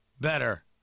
better